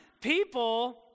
people